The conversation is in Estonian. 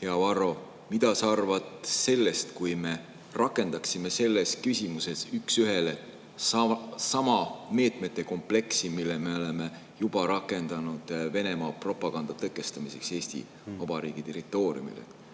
Hea Varro! Mida sa arvad sellest, kui me rakendaksime selles küsimuses üks ühele sama meetmete kompleksi, mida me oleme juba rakendanud Venemaa propaganda tõkestamiseks Eesti Vabariigi territooriumil?